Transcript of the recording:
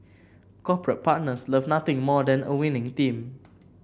corporate partners love nothing more than a winning team